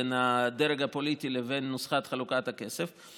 בין הדרג הפוליטי לבין נוסחת חלוקת הכסף.